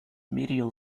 medial